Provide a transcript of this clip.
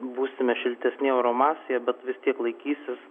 būsime šiltesnėj oro masėje bet vis tiek laikysis